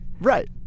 Right